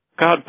God